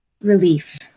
relief